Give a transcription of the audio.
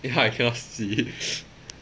eh ya I cannot see